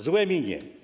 Złe minie.